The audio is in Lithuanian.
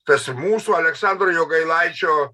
kas mūsų aleksandro jogailaičio